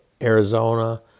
Arizona